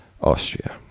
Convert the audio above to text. Austria